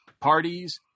parties